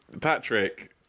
Patrick